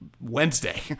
Wednesday